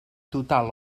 total